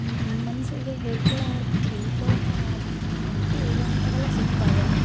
ಮನಸ್ಸಿಗೆ ಹೇಳ್ಕೊಳ್ಳಲಾರ್ದ ಹೇಳ್ಕೊಳ್ಳೋಕೆ ಆಗದೇ ಇರುವಂಥವೆಲ್ಲ ಸಿಗ್ತಾವೆ